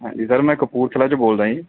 ਹਾਂਜੀ ਸਰ ਮੈਂ ਕਪੂਰਥਲਾ 'ਚੋਂ ਬੋਲਦਾ ਜੀ